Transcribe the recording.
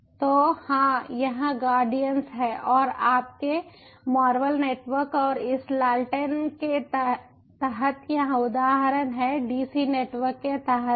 तो हाँ यह गार्डियन है और आपके मार्वल नेटवर्क और इस लालटेन के तहत यह उदाहरण है डीसी नेटवर्क के तहत है